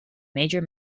major